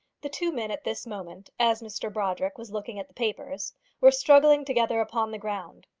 the two men at this moment as mr brodrick was looking at the papers were struggling together upon the ground.